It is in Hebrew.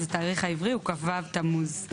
אז התאריך העברי הוא כ"ו בתמוז,